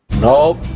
Nope